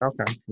okay